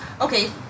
okay